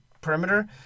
perimeter